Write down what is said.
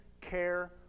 care